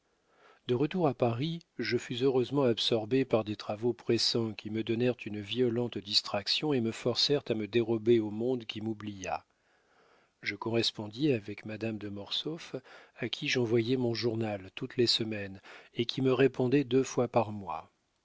de retour à paris je fus heureusement absorbé par des travaux pressants qui me donnèrent une violente distraction et me forcèrent à me dérober au monde qui m'oublia je correspondis avec madame de mortsauf à qui j'envoyais mon journal toutes les semaines et qui me répondait deux fois par mois